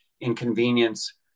inconvenience